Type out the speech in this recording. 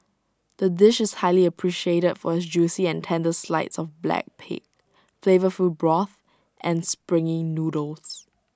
the dish is highly appreciated for its juicy and tender slides of black pig flavourful broth and springy noodles